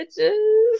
bitches